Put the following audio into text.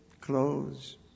clothes